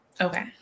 Okay